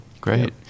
Great